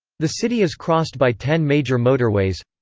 the city is crossed by ten major motorways